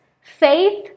Faith